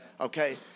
Okay